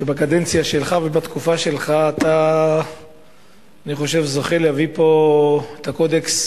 שבקדנציה שלך ובתקופה שלך אתה זוכה להביא לפה את הקודקס